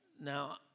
now